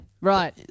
right